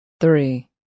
Three